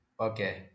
Okay